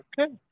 Okay